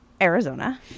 Arizona